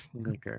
Okay